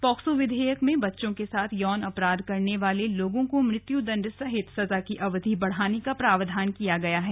POCSO विधेयक में बच्चों के साथ यौन अपराध करने वाले लोगों को मृत्यु दण्ड सहित सजा की अवधि बढ़ाने का प्रावधान किया गया है